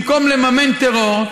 במקום לממן טרור,